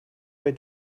way